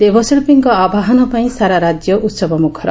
ଦେବଶିଳ୍ବୀଙ୍କ ଆବାହନ ପାଇଁ ସାରା ରାକ୍ୟ ଉହବମୁଖର